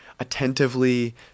attentively